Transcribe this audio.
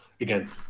again